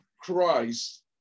Christ